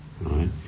right